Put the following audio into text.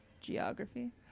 geography